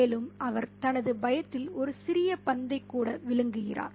மேலும் அவர் தனது பயத்தில் ஒரு சிறிய பந்தை கூட விழுங்குகிறார்